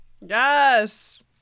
Yes